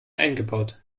eingebaut